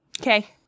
Okay